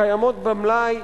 קיימות במלאי?